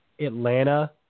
Atlanta